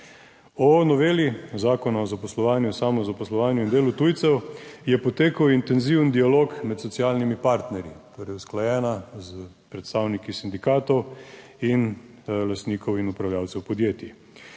O noveli Zakona o zaposlovanju, samozaposlovanju in delu tujcev je potekal intenziven dialog med socialnimi partnerji torej usklajena s predstavniki sindikatov in lastnikov in upravljavcev podjetij.